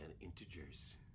integers